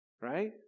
Right